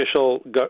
official